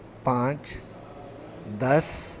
پانچ دس